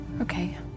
Okay